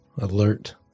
alert